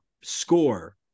score